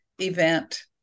event